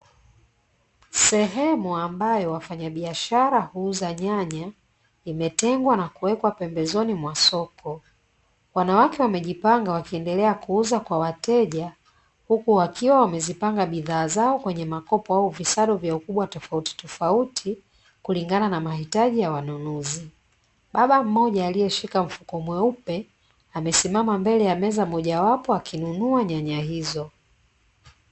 Sehemu ambayo wafanyabiashara huuza nyanya, imetengwa na kuwekwa pembezoni mwa soko. Wanawake wamejipanga wakiendelea kuuza kwa wateja, huku wakiwa wamezipanga bidhaa zao kwenye makopo au visado vya ukubwa tofautitofauti kulingana na mahitaji ya wanunuzi. Baba mmoja aliyeshika mfuko mweupe, amesimama mbele ya meza mojawapo akinunua nyanya hizo.